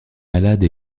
malades